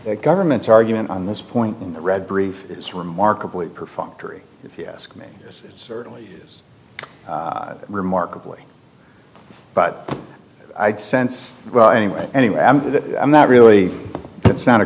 the government's argument on this point in the red brief is remarkably perfunctory if you ask me this certainly is remarkably but i sense well anyway anyway that i'm not really that's not a